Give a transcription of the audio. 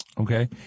Okay